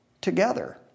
together